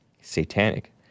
Satanic